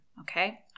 okay